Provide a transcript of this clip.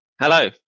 Hello